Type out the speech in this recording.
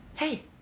Hey